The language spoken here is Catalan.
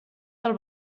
del